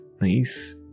nice